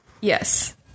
yes